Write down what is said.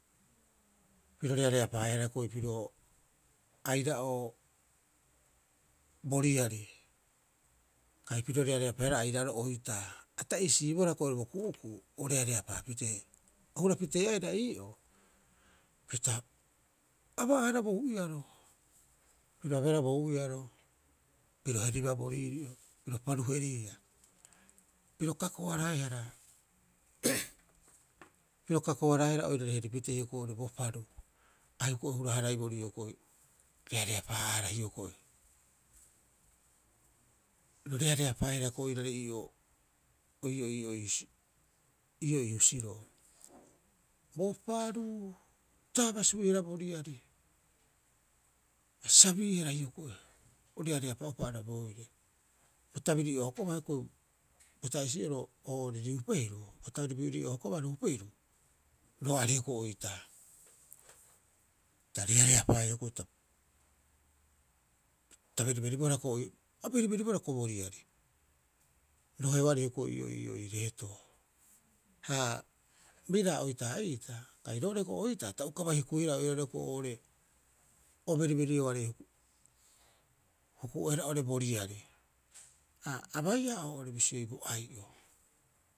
Piro reareapaaehara hioko'i pirio aira'oo bo riari, kai piro reareapaaehara aira'oro oitaa. A ta'isiibohara hioko'i oo'ore bo ku'uku'u o reareapaa pitee. O hura pitee aira ii'oo pita aba'aahara bo u'iaro. Piro abeehara bo ou'iaro. Piro heribaa bo riiri'o, piro paru heeriia, piro kakoaraehara, piro kakoaraehara ooirare heri pitee hioko'i oo'ore bo paru. A hioko'i hura- haraiborii reareapaa'aahara hioko'i. Piro reareapaaehara hioko'i oirare ii'oo, ii'oo ii husiroo. Bo paru, a tabasuihara bo riari, a sabiihara hioko'i o reareapaa'upa arabooire. Bo tabiri'oo hokobaa hioko'i bo taisi'oo oo'ore ruupa hiru, bo tabiri'oo hokobaa ruupe hiru, roa'are hioko'i oitaa. Ta reareapaea hioko'i ta beriberibohara hioko'i, a beriberibohara bo riari. Roheoare ii'oo hioko'i ii'oo ii reetoo. Ha biraa oitaa'ita kai roo'ore hioko'i oitaa, ta uka bai hukuihara oiraarei hioko'i oo'ore o beriberioarei huku'oehara oo'ore bo riari. A baiia oo'ore bisioi boai'o.